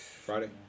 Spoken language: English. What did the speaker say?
Friday